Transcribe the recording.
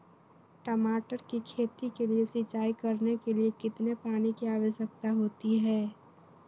टमाटर की खेती के लिए सिंचाई करने के लिए कितने पानी की आवश्यकता होती है?